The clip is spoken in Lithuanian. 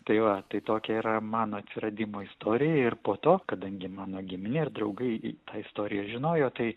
tai va tai tokia yra mano atsiradimo istorija ir po to kadangi mano giminė ir draugai tą istoriją žinojo tai